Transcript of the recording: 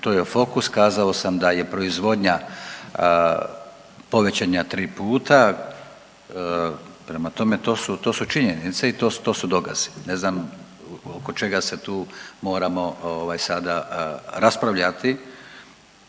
to je fokus. Kazao sam da je proizvodnja povećana 3 puta, prema tome to su, to su činjenice i to su dokazi, ne znam oko čega se tu moramo ovaj sada raspravljati,